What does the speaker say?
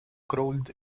crawled